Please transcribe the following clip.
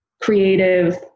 creative